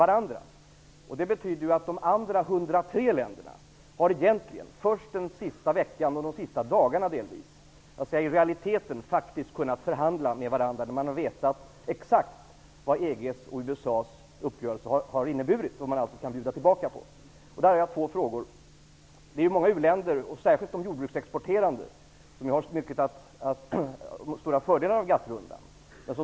Det betyder att de andra 103 länderna i realiteten faktiskt kunnat förhandla med varandra bara under den senaste veckan och framför allt under de allra senaste dagarna. Först då har man vetat exakt vad uppgörelsen mellan EG-länderna och USA har inneburit och vad man kan bjuda tillbaka på. Jag har två frågor att ställa. Många u-länder -- framför allt de jordbruksexporterande -- får stora fördelar av GATT-rundan.